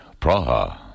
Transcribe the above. Praha